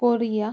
Korea